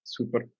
Super